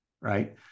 right